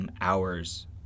hours